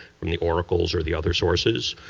and the oracles are the other sources.